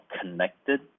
connected